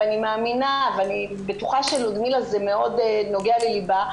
ואני מאמינה ואני בטוחה שזה מאוד נוגע לליבה של לודמילה,